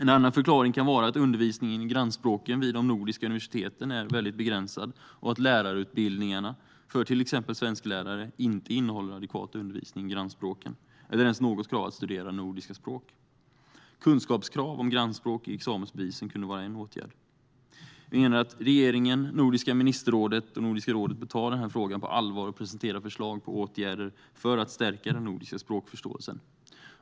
En annan förklaring kan vara att undervisningen i grannspråken vid de nordiska universiteten är väldigt begränsad och att lärarutbildningarna för till exempel svensklärare inte innehåller adekvat undervisning i grannspråken eller ens något krav att studera nordiska språk. Kunskapskrav om grannspråk i examensbevisen kunde vara en åtgärd. Sverigedemokraterna anser att regeringen, Nordiska ministerrådet och Nordiska rådet bör ta denna fråga på allvar och presentera förslag på åtgärder för att stärka den nordiska språkförståelsen.